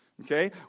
okay